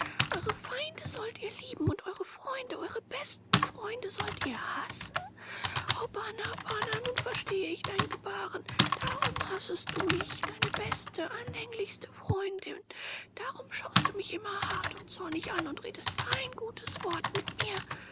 eure feinde sollt ihr lieben und eure freunde eure besten freunde sollt ihr hassen o bana bana nun verstehe ich dein gebahren darum hassest du mich deine beste anhänglichste freundin darum schaust du mich immer hart und zornig an und redest kein gutes wort mehr mit mir